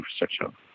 infrastructure